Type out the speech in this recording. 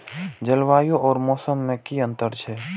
जलवायु और मौसम में कि अंतर छै?